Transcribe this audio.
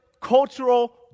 cultural